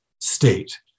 state